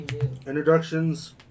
Introductions